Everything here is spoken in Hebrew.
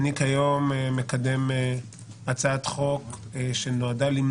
ניקח לדוגמה כל מיני מיסים שאנחנו יודעים היטל עובדים זרים